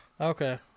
Okay